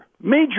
major